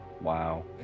Wow